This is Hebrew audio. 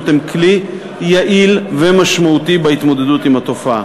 הם כלי יעיל ומשמעותי בהתמודדות עם התופעה.